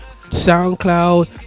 soundcloud